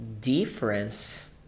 difference